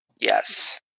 yes